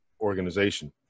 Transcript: Organization